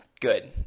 Good